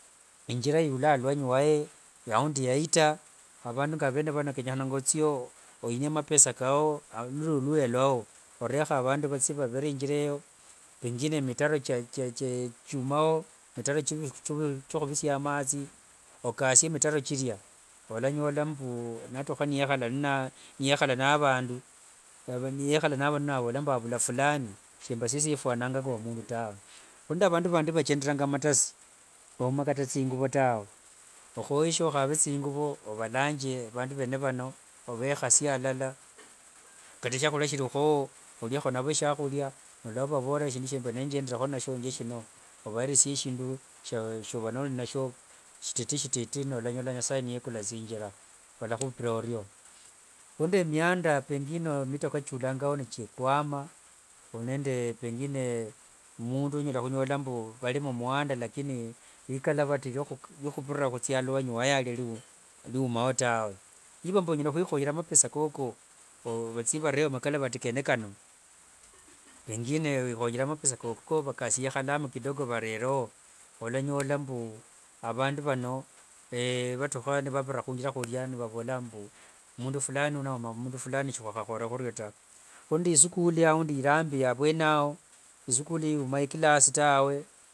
Injira yula alwanyi waye aundi yayita, avandu ngavene vano vyenyekhananga othie oyinie amapesa kao ruli luya lwao orekho avandu vathie vavere injira eyo pengine mitaro chumao mitaro chokhuvisia amathi, okasie mitaro kiria, olanyola mbu natukha niekhala ninawe, niekhala navandu navola mbu avula fulani shimba siesi fwananga ngo mundu tawe khuri nende avandu vandi vachenderanga matasi, vauma kata thinguvo tawe, okhoyeshe okhave thinguvo ovalanjire avandu vene vano ovaekhasie alala kata shiakhuria shirikhowo oriekho oriekho navo shiakhuria norulayo ovavorera shindu shiangendere ninashio njieshino, ovayeresie shindu shova nori nasho shititishititi nolanyola nasaye niukula thinjira valakhupira oryo. Khuri nde mianda pengine mitoka chiulangayo nechikwama, khuri nende mundu pengine onyala khunyola mbu varima mwanda lakini rikalavati ryokhuthia aluanyi waye aria riumao tawe, niva mbu onyala khwikhonyera mapesa koko vathie varewo makalavati kene kano pengine wikhonyere mapesa koko vathie varewo makalavati kene kano, pengine wikhonyere mapesa koko vakasie khalami varerewo, olanyola mbu avandu vano nivatukha nivavira khunjira khuria nivavola mbu mundu fulani uno aumao mundu fulani shikhwakhakhorere khurio taa, khuri nde isikuli iriambi ao isikuli eyo aundi yuma ikilasi taa.